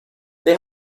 they